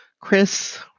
Chris